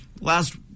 last